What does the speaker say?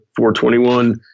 421